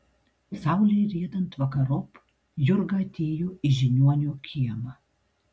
saulei riedant vakarop jurga atėjo į žiniuonio kiemą